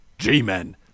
G-Men